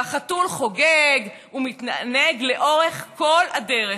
והחתול חוגג ומתענג לאורך כל הדרך.